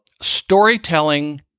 storytelling